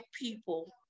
people